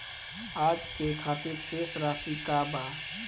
आज के खातिर शेष राशि का बा?